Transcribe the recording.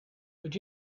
would